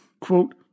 quote